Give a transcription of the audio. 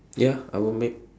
ya I will make